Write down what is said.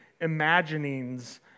imaginings